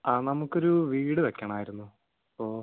ആ നമുക്കൊരു വീട് വെക്കണമായിരുന്നു അപ്പോൾ